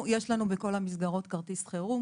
בכל המסגרות כרטיס חירום.